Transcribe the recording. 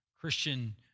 Christian